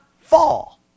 fall